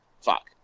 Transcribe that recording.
fuck